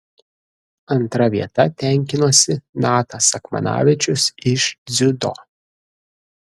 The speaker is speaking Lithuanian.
antra vieta tenkinosi natas akmanavičius iš dziudo